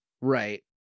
right